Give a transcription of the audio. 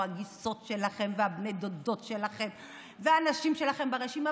הגיסות שלכם והבני דודות שלכם והאנשים שלכם ברשימה